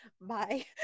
bye